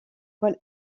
paul